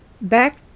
Back